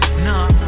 Nah